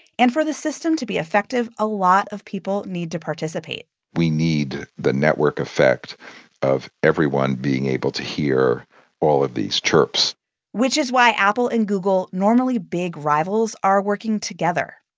and for the system to be effective, a lot of people need to participate we need the network effect of everyone being able to hear all of these chirps which is why apple and google, normally big rivals, are working together.